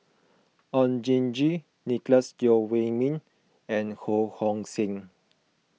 Oon Jin Gee Nicolette Teo Wei Min and Ho Hong Sing